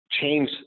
change